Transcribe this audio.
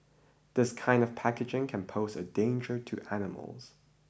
this kind of packaging can pose a danger to animals